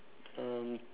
um